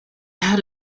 had